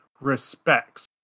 respects